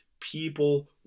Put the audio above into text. people